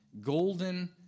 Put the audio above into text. golden